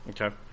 okay